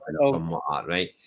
right